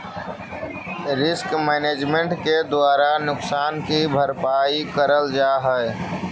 risk management के द्वारा नुकसान की भरपाई करल जा हई